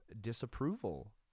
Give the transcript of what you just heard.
disapproval